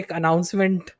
announcement